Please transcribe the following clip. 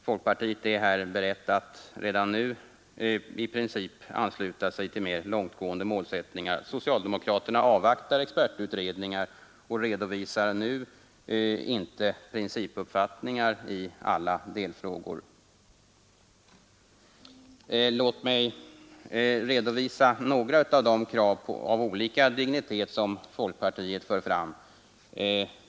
Folkpartiet är berett att redan nu i princip ansluta sig till mera långtgående målsättningar, medan socialdemokraterna avvaktar expertutredningar och nu inte redovisar principuppfattningar i alla delfrågor. Låt mig redovisa några av de krav av olika dignitet som folkpartiet för fram.